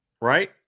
Right